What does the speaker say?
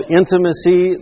intimacy